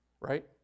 right